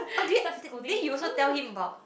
oh they they you also tell him about